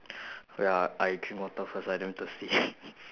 wait ah I drink water first I damn thirsty